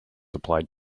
applied